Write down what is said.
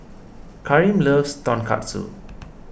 Karim loves Tonkatsu